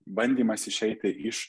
bandymas išeiti iš